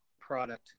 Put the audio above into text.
product